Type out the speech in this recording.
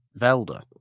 Velda